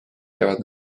peavad